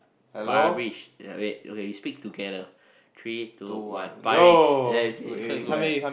Parish yeah wait okay you speak together three two one Parish there you see is quite good right